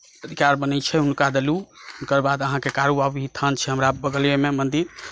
अधिकार बनै छै हुनका देलहुँ ओकर बाद अहाँकेँ कारूबाबा स्थान छै हमरा बगलेमे मन्दिर